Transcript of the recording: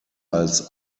als